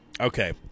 Okay